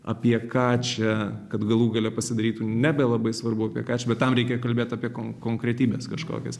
apie ką čia kad galų gale pasidarytų nebe labai svarbu apie ką čia bet tam reikia kalbėt apie kon konkretybes kažkokias